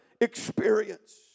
experience